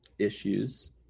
issues